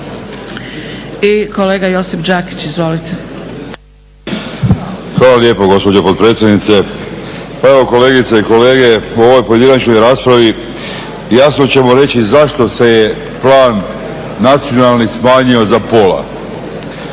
I kolega Josip Đakić, izvolite. **Đakić, Josip (HDZ)** Hvala lijepo gospođo potpredsjednice. Pa evo kolegice i kolege, u ovoj pojedinačnoj raspravi jasno ćemo reći zašto se je plan nacionalni smanjio za pola.